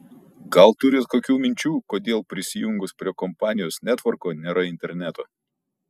gal turit kokių minčių kodėl prisijungus prie kompanijos netvorko nėra interneto